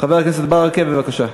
חבר הכנסת ברכה, בבקשה.